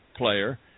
player